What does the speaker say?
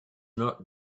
not